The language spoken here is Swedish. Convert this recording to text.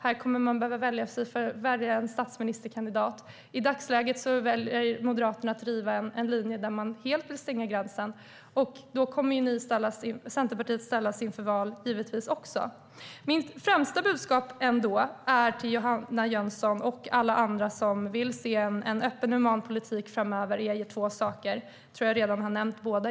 Här kommer man att behöva välja en statsministerkandidat, och i dagsläget väljer Moderaterna att driva en linje där man helt vill stänga gränsen. Centerpartiet kommer givetvis också att ställas inför val. Mitt främsta budskap till Johanna Jönsson och alla andra som vill se en öppen och human politik framöver består av två delar. Jag tror att jag redan har nämnt båda.